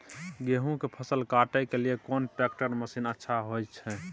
गेहूं के फसल काटे के लिए कोन ट्रैक्टर मसीन अच्छा होय छै?